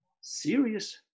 serious